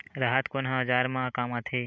राहत कोन ह औजार मा काम आथे?